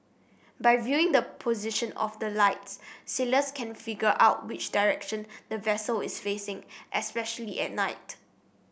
by viewing the position of the lights sailors can figure out which direction the vessel is facing especially at night